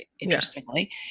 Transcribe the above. interestingly